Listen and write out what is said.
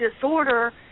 disorder